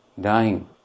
dying